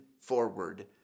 forward